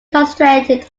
concentrated